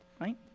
right